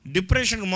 Depression